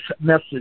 message